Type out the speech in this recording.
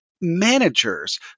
managers